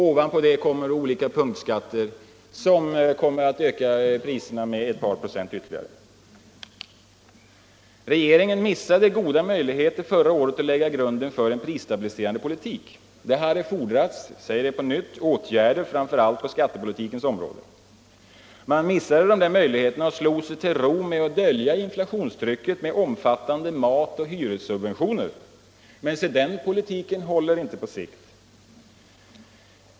Ovanpå det kommer olika punktskatter som ökar priserna med ytterligare ett par procent. Regeringen missade goda möjligheter förra året att lägga grunden för en prisstabiliserande politik. Det hade fordrats — jag säger det på nytt — åtgärder framför allt på skattepolitikens område. Man missade dessa möjligheter och slog sig till ro med att dölja inflationstrycket med omfattande matoch hyressubventioner. Men den politiken håller inte på sikt.